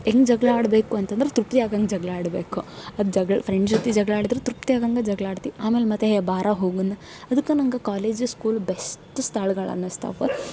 ಹೆಂಗೆ ಜಗಳ ಆಡಬೇಕು ಅಂತಂದ್ರೆ ತೃಪ್ತಿ ಆಗ ಹಂಗೆ ಜಗಳ ಆಡಬೇಕು ಅದು ಜಗ್ಳ ಫ್ರೆಂಡ್ ಜೊತೆ ಜಗಳ ಆಡಿದ್ರೂ ತೃಪ್ತಿ ಆಗೋ ಹಂಗೆ ಜಗಳ ಆಡ್ತೀವಿ ಆಮೇಲೆ ಮತ್ತು ಏಯ್ ಬಾರೋ ಹೋಗೋಣ ಅದಕ್ಕೆ ನಂಗೆ ಕಾಲೇಜ್ ಸ್ಕೂಲ್ ಬೆಸ್ಟ್ ಸ್ಥಳಗಳೂ ಅನ್ನಿಸ್ತವೆ